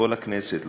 כל הכנסת,